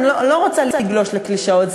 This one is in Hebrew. אני לא רוצה לגלוש לקלישאות,